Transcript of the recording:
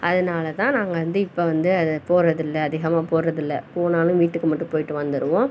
அதனால் தான் நாங்கள் வந்து இப்போ வந்து அது போறதில்லை அதிகமாக போறதில்லை போனாலும் வீட்டுக்கு மட்டும் போய்விட்டு வந்துவிடுவோம்